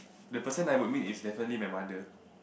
the person I would eat is definitely my mother